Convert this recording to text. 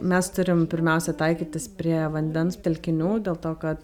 mes turim pirmiausia taikytis prie vandens telkinių dėl to kad